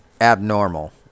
abnormal